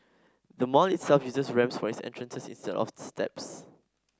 the mall itself uses ramps for its entrances instead of steps